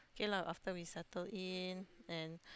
K lah after we settle in and